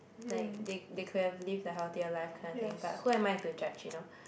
like they they could have live a healthier life kind of thing but who am I to judge you know